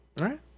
right